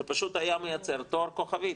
זה פשוט היה מייצר תואר כוכבית,